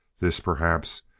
this, perhaps,